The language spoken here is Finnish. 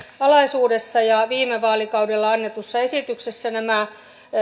alaisuudessa viime vaalikaudella annetussa esityksessä olivat nämä